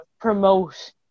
promote